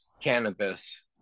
cannabis